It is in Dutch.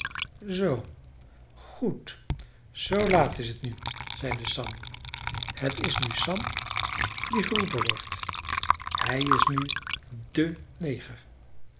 zoo goed zoo laat is het nu zeide sam het is nu sam die geroepen wordt hij is nu de neger